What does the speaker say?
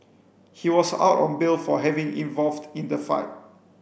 he was out on bail for having involved in the fight